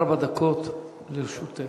ארבע דקות לרשותך.